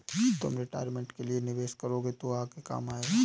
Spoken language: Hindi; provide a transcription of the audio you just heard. तुम रिटायरमेंट के लिए निवेश करोगे तो आगे काम आएगा